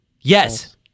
Yes